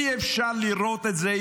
אי-אפשר לראות את זה.